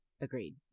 Agreed